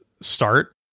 start